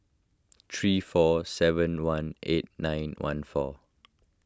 three four seven one eight nine one four